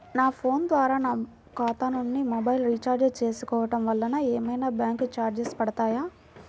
నా ఫోన్ ద్వారా నా ఖాతా నుండి మొబైల్ రీఛార్జ్ చేసుకోవటం వలన ఏమైనా బ్యాంకు చార్జెస్ పడతాయా?